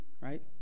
right